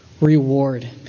reward